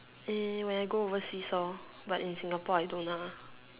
err when I go overseas hor but in Singapore I don't ah